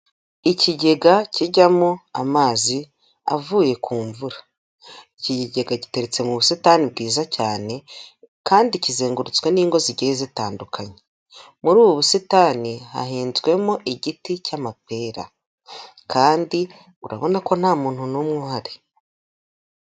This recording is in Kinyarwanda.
Ikigega kijyamo amazi avuye ku mvura. Iki kigega giteretse mu busitani bwiza cyane, kandi kizengurutswe n'ingo zigiye zitandukanye. Muri ubu busitani hahinzwemo igiti cy’amapera, kandi urabona ko nta muntu n'umwe uhari.